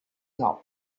job